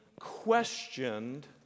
questioned